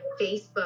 Facebook